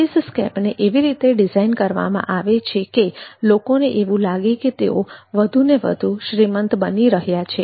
સર્વિસસ્કેપને એવી રીતે ડિઝાઇન કરવામાં આવે છે કે લોકોને એવું લાગે કે તેઓ વધુને વધુ શ્રીમંત બની રહ્યા છે